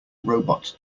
robot